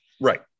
Right